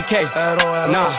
Nah